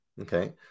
okay